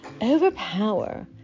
Overpower